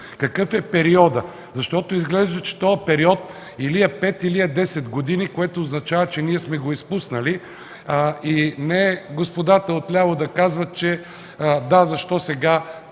Какъв е периодът, защото изглежда, че този период или е 5, или е 10 години, което означава, че сме го изпуснали? Не господата от ляво да казват: да, защо сега